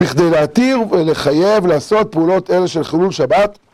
בכדי להתיר ולחייב לעשות פעולות אלה של חילול שבת.